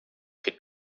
could